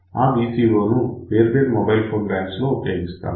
ఆ VCO ను వేర్వేరు మొబైల్ ఫోన్ బ్యాండ్స్ లో ఉపయోగిస్తాము